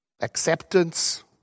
acceptance